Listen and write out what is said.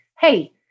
hey